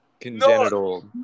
congenital